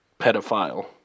pedophile